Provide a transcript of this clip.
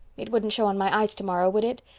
it wouldn't show on my eyes tomorrow, would it?